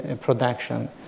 production